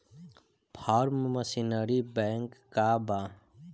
Form machinery bank का बा?